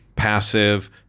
Passive